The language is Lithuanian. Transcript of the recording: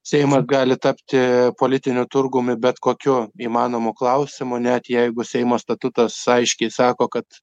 seimas gali tapti politiniu turgumi bet kokiu įmanomu klausimu net jeigu seimo statutas aiškiai sako kad